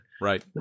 Right